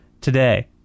today